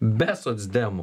be socdemų